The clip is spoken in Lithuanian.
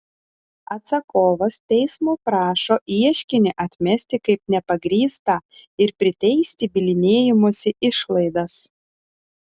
atsakovas teismo prašo ieškinį atmesti kaip nepagrįstą ir priteisti bylinėjimosi išlaidas